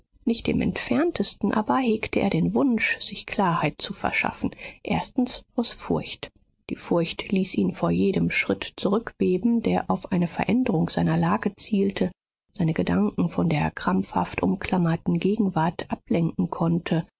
nicht im entferntesten aber hegte er den wunsch sich klarheit zu verschaffen erstens aus furcht die furcht ließ ihn vor jedem schritt zurückbeben der auf eine veränderung seiner lage zielte seine gedanken von der krampfhaft umklammerten gegenwart ablenken konnte